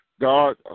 God